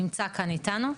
נמצא כאן איתנו.